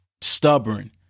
stubborn